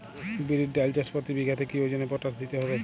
বিরির ডাল চাষ প্রতি বিঘাতে কি ওজনে পটাশ দিতে হবে?